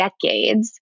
decades